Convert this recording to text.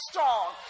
strong